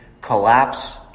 collapse